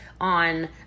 on